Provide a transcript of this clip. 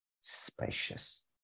spacious